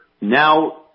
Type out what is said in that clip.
now